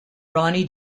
ronnie